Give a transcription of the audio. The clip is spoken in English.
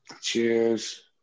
Cheers